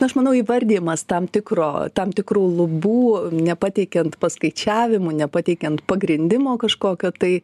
aš manau įvardijimas tam tikro tam tikrų lubų nepateikiant paskaičiavimų nepateikiant pagrindimo kažkokio tai